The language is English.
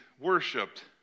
worshipped